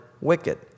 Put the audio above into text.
wicked